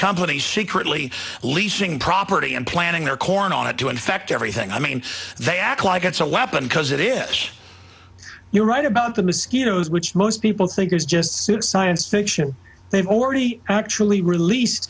companies secretly leasing property and planning their corn on it to infect everything i mean they act like it's a weapon because it is you're right about the mosquitoes which most people think is just suits science fiction they already actually release